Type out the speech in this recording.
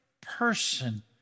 person